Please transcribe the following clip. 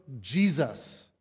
jesus